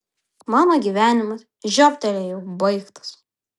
mano gyvenimas žiobtelėjau baigtas